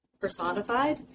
personified